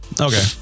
Okay